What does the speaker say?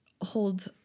hold